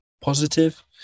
positive